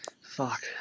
Fuck